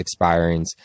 expirings